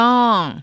Long